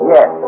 Yes